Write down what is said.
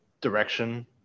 direction